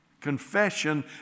Confession